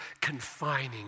confining